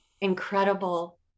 incredible